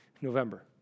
November